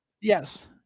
Yes